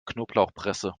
knoblauchpresse